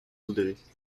voudrez